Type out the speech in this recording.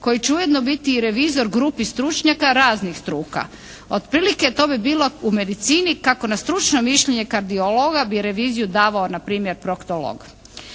koji će ujedno biti i revizor grupi stručnjaka raznih struka. Otprilike to bi bilo u medicini kako na stručno mišljenje kardiologa bi reviziju davao na primjer proktolog.